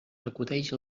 acudeix